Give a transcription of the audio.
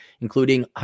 including